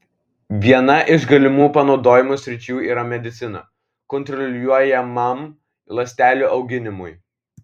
viena iš galimų panaudojimo sričių yra medicina kontroliuojamam ląstelių auginimui